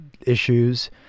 issues